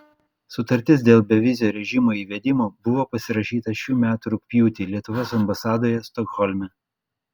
sutartis dėl bevizio režimo įvedimo buvo pasirašyta šių metų rugpjūtį lietuvos ambasadoje stokholme